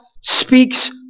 speaks